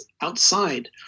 outside